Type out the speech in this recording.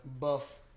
buff